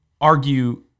Argue